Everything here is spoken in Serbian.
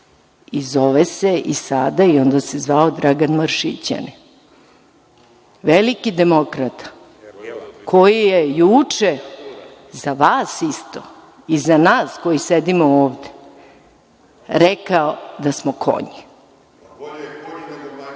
i zove i sada i onda se zvao Dragan Maršićanin. Veliki demokrata, koji je juče za vas isto i za nas koji sedimo ovde rekao da smo